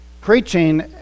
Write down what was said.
preaching